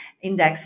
index